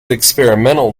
experimental